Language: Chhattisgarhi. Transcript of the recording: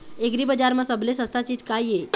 एग्रीबजार म सबले सस्ता चीज का ये?